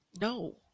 no